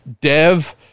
Dev